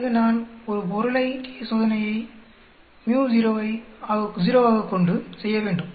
பிறகு நான் ஒரு மாதிரி t சோதனையை µ0 ஐ 0 ஆகக் கொண்டு செய்யவேண்டும்